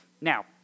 Now